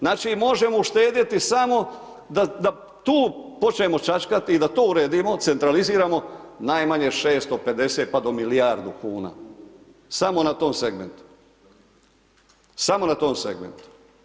Znači možemo uštedjeti samo da tu počnemo čačkati i da to uredimo, centraliziramo najmanje 650 pa do milijardu kuna, samo na tom segmentu, samo na tom segmentu.